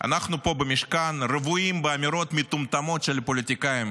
אנחנו במשכן רוויים באמירות מטומטמות של פוליטיקאים